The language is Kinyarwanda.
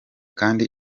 kandi